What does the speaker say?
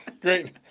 Great